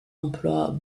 emploient